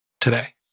today